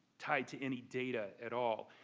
tied to any data at all.